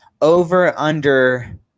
Over-under